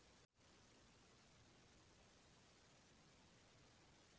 ऊसाची तोडणी करण्यासाठी कोणते साधन वापरायला हवे?